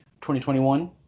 2021